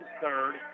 third